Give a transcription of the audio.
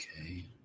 okay